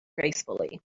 gracefully